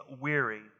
weary